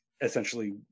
essentially